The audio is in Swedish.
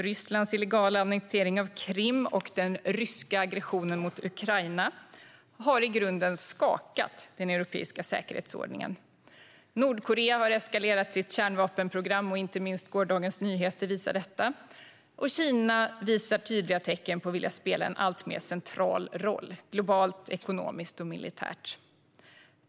Rysslands illegala annektering av Krim och den ryska aggressionen mot Ukraina har i grunden skakat den europeiska säkerhetsordningen. Nordkorea har eskalerat sitt kärnvapenprogram - inte minst gårdagens nyheter visar detta - och Kina visar tydliga tecken på att vilja spela en alltmer central roll globalt, ekonomiskt och militärt.